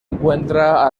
encuentra